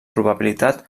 probabilitat